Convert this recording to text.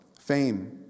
Fame